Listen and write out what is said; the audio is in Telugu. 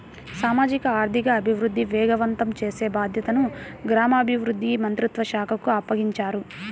సామాజిక ఆర్థిక అభివృద్ధిని వేగవంతం చేసే బాధ్యతను గ్రామీణాభివృద్ధి మంత్రిత్వ శాఖకు అప్పగించారు